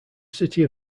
city